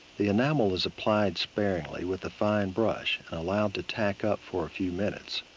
the enamel is applied sparingly with a fine brush and allowed to tack up for a few minutes.